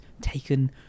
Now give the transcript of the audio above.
taken